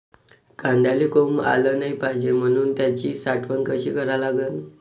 कांद्याले कोंब आलं नाई पायजे म्हनून त्याची साठवन कशी करा लागन?